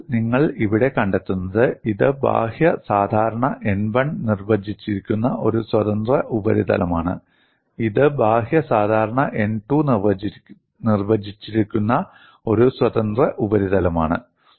അതിനാൽ നിങ്ങൾ ഇവിടെ കണ്ടെത്തുന്നത് ഇത് ബാഹ്യ സാധാരണ n1 നിർവചിച്ചിരിക്കുന്ന ഒരു സ്വതന്ത്ര ഉപരിതലമാണ് ഇത് ബാഹ്യ സാധാരണ n 2 നിർവചിച്ചിരിക്കുന്ന ഒരു സ്വതന്ത്ര ഉപരിതലമാണ്